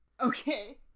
okay